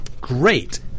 great